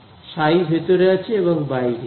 ψ ভেতরে আছে এবং বাইরে